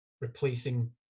replacing